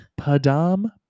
Padam